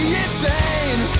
insane